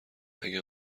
اگه